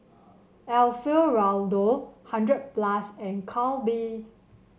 Alfio Raldo hundred plus and Calbee